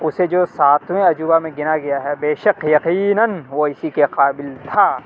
اسے جو ساتویں عجوبہ میں گنا گیا ہے بےشک یقیناً وہ اسی کے قابل تھا